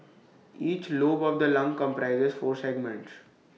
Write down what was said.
each lobe of the lung comprises four segments